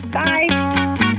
bye